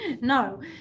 no